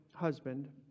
Husband